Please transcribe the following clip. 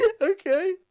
Okay